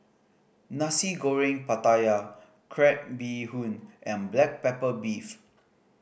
Nasi Goreng Pattaya crab bee hoon and black pepper beef